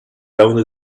only